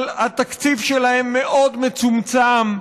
אבל התקציב שלהם מאוד מצומצם,